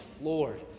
Lord